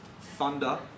Thunder